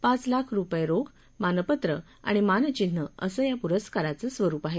पाच लाख रोख रूपये मानपत्र आणि मानचिन्ह असं या पुरस्काराचं स्वरुप आहे